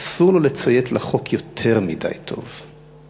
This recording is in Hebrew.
אסור לו לציית לחוק יותר מדי טוב.